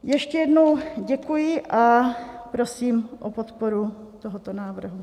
Ještě jednou děkuji a prosím o podporu tohoto návrhu.